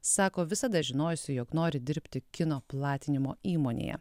sako visada žinojusi jog nori dirbti kino platinimo įmonėje